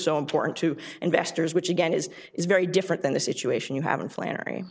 so important to investors which again is is very different than the situation you have in flannery